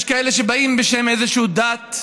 יש כאלה שבאים בשם איזושהי דת,